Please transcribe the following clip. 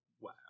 Wow